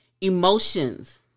emotions